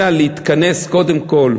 אלא להתכנס קודם כול,